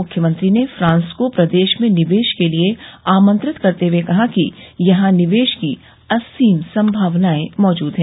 मुख्यमंत्री ने फ्रांस को प्रदेश में निवेश करने के लिये आमंत्रित करते हए कहा कि यहां निवेश की असीम संभावनाएं मौजूद है